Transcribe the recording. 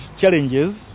challenges